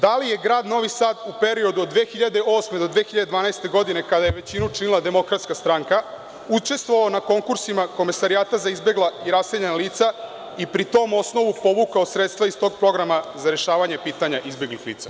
Da li je grad Novi Sad u periodu od 2008. do 2012. godine kada je većinu činila DS, učestvovala na konkursima Komesarijata za izbegla i raseljena lica i pri tom osnovu, povukla sredstva iz tog programa za rešavanje pitanja izbeglih lica.